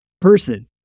person